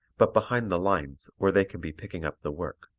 but behind the lines where they can be picking up the work.